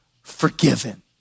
forgiven